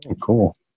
Cool